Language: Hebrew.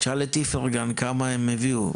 תשאל את איפרגן כמה הם הביאו,